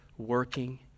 Working